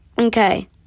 Okay